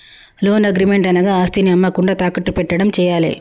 loan agreement అనగా ఆస్తిని అమ్మకుండా తాకట్టు పెట్టడం చేయాలే